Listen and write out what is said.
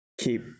keep